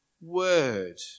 word